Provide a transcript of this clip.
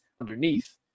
underneath